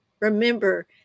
Remember